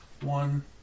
One